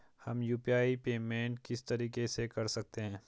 हम UPI payment किस तरीके से कर सकते हैं?